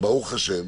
ברוך השם,